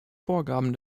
vorgaben